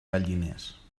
gallines